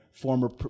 Former